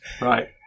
right